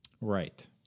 right